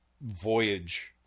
voyage